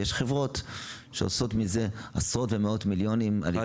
ויש חברות שעושות מזה עשרות ומאות מיליונים על